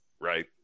right